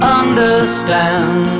understand